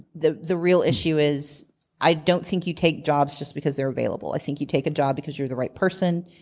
the the real issue is i don't think you take jobs just because they're available. i think you take a job because you're the right person,